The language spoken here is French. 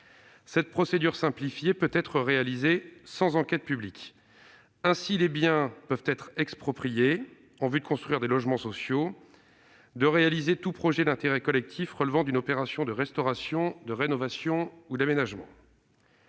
Cette procédure simplifiée peut être réalisée sans enquête publique. Ainsi, les expropriations peuvent-elles être réalisées en vue soit de construire des logements sociaux soit de réaliser tout projet d'intérêt collectif relevant d'une opération de restauration, de rénovation ou d'aménagement.